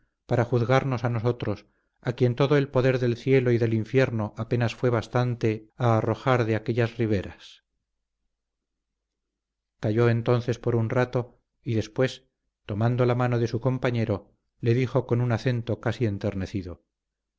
para juzgarnos a nosotros a quien todo el poder del cielo y del infierno apenas fue bastante a arrojar de aquellas riberas calló entonces por un rato y después tomando la mano de su compañero le dijo con un acento casi enternecido